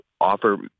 offer